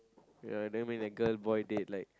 ya then with a girl boy date like